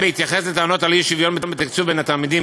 בהתייחס לטענות על אי-שוויון בתקצוב בין התלמידים,